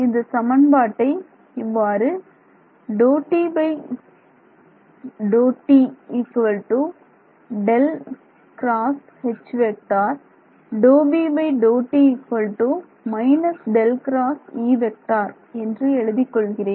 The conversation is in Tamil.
இந்த சமன்பாட்டை இவ்வாறு எழுதிக் கொள்கிறேன்